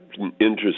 interesting